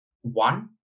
One